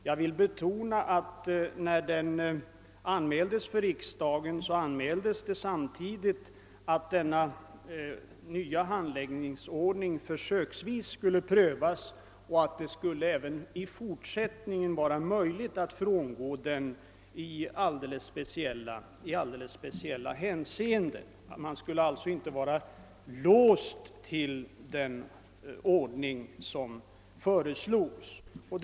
Jag vill betona att när den anmäldes för riksdagen meddelades det samtidigt, att denna nya handläggningsordning skulle prövas försöksvis och att det även i fortsättningen skulle vara möjligt att frångå den i speciella hänseenden. Man skulle alltså inte vara låst vid den ordning som föreslogs.